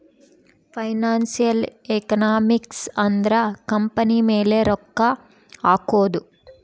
financial economics ಅಂದ್ರ company ಮೇಲೆ ರೊಕ್ಕ ಹಕೋದು